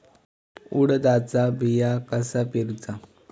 उडदाचा बिया कसा पेरूचा?